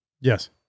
Yes